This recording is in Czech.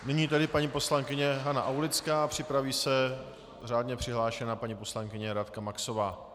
Nyní tedy paní poslankyně Hana Aulická, připraví se řádně přihlášená paní poslankyně Radka Maxová.